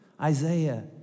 Isaiah